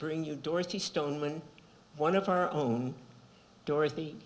bring you dorothy stoneman one of our own dorothy